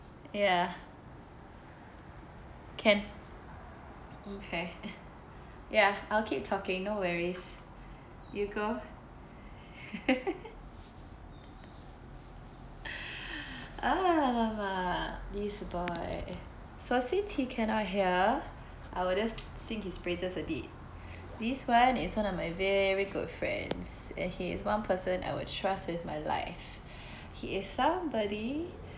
ya can okay ya I'll keep talking no worries you go uh this boy so since he cannot hear I will just sing his praises a bit this one is one my very good friends and he is one person I would trust with my life he is somebody